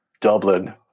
Dublin